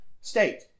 state